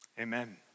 amen